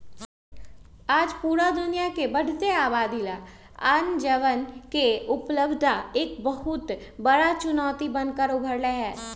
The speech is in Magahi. आज पूरा दुनिया के बढ़ते आबादी ला अनजवन के उपलब्धता एक बहुत बड़ा चुनौती बन कर उभर ले है